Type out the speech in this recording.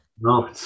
No